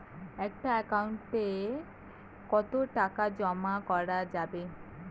একটা একাউন্ট এ কতো টাকা জমা করা যাবে?